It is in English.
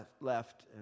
left